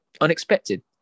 unexpected